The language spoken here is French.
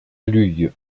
luy